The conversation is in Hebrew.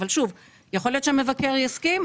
אבל שוב, יכול להיות שהמבקר יסכים.